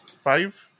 five